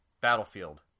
Battlefield